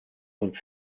und